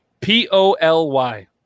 P-O-L-Y